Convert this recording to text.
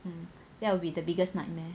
um that will be the biggest nightmare